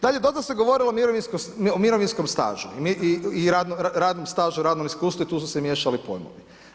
Dalje, dosta se govorilo o mirovinskom stažu i radnom stažu, radnom iskustvu i tu su se miješali pojmovi.